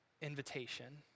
invitation